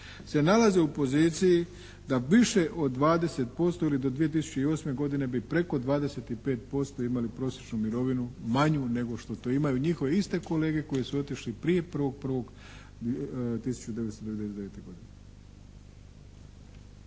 se nalaze u poziciji da više od 20% ili do 2008. godine bi preko 25% imali prosječnu mirovinu manju nego što to imaju njihove iste kolege koji su otišli prije 1.1.1999. godine.